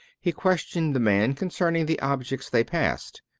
he questioned the man concerning the objects they passed.